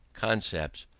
concepts,